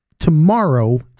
tomorrow